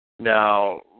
Now